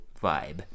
vibe